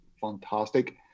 fantastic